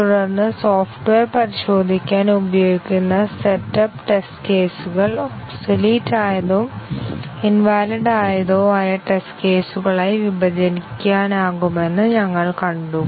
തുടർന്ന് സോഫ്റ്റ്വെയർ പരിശോധിക്കാൻ ഉപയോഗിക്കുന്ന സെറ്റ് അപ്പ് ടെസ്റ്റ് കേസുകൾ ഒബ്സൊലീറ്റ് ആയതോ ഇൻവാലിഡ് ആയതോ ആയ ടെസ്റ്റ് കേസുകളായി വിഭജിക്കാനാകുമെന്ന് ഞങ്ങൾ കണ്ടു